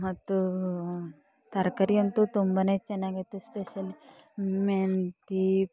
ಮತ್ತು ತರಕಾರಿ ಅಂತೂ ತುಂಬನೇ ಚೆನ್ನಾಗಿ ಮೆಂತಿ